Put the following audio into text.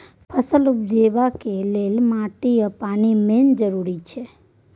फसल उपजेबाक लेल माटि आ पानि मेन जरुरत छै